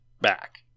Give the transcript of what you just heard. back